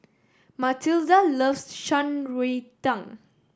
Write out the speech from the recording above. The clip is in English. Matilda loves Shan Rui Tang